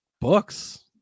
Books